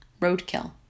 roadkill